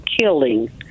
killing